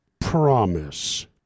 promise